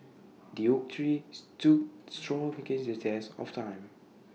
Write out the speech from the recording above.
the oak tree stood strong against the test of time